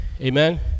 Amen